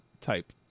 type